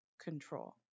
control